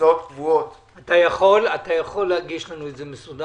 הוצאות קבועות --- אתה יכול להגיש לנו את זה מסודר?